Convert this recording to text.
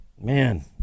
Man